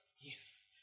Yes